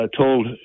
told